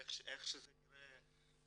איך שזה נראה,